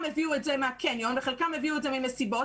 הביאו את זה מהקניון וחלקם הביאו את זה ממסיבות